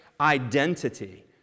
identity